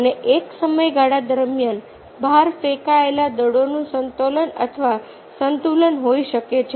અને એક સમયગાળા દરમિયાન બહાર ફેંકાયેલા દળોનું સંતુલન અથવા સંતુલન હોઈ શકે છે